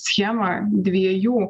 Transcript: schemą dviejų